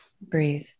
Breathe